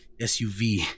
SUV